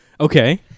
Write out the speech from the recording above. Okay